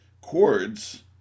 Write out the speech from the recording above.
chords